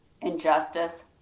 injustice